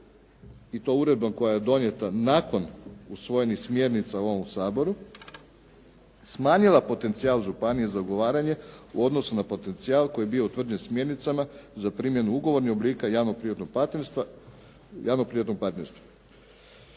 i to uredbom koja je donijeta nakon usvojenih smjernica u ovome Saboru smanjila potencijal županije za ugovaranje u odnosu na potencijal koji je bio utvrđen smjernicama za primjenu ugovornih oblika javno-privatnog partnerstva.